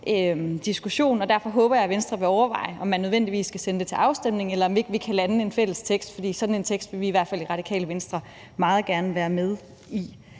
diskussion, og derfor håber jeg, at Venstre vil overveje, om man nødvendigvis skal sende det til afstemning, eller om vi ikke kan lande en fælles tekst, for sådan en tekst vil vi i Radikale Venstre i hvert fald meget gerne være med i.